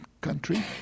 country